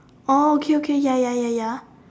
oh okay okay ya ya ya ya